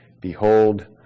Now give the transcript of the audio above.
Behold